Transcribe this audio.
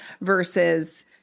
versus